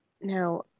now